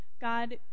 God